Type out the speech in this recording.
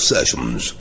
Sessions